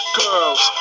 girls